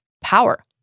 power